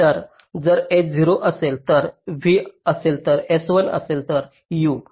तर जर s 0 असेल तर v असेल तर s 1 असेल तर u